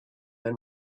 then